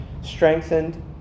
strengthened